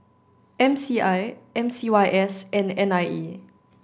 M C I M C Y S and N I E